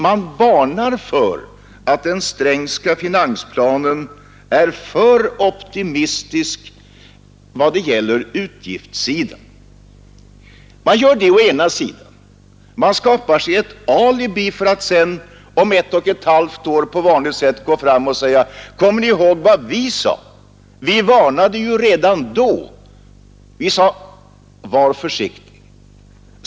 Man varnar för att den Strängska finansplanen är för optimistisk när det gäller utgiftssidan. På det sättet skaffar man sig ett alibi för att om ett och ett halvt år som vanligt gå fram och säga: Kommer ni ihåg vad vi sade, vi manade redan då till försiktighet.